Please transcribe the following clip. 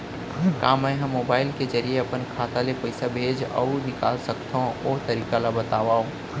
का मै ह मोबाइल के जरिए अपन खाता ले पइसा भेज अऊ निकाल सकथों, ओ तरीका ला बतावव?